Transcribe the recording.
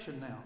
now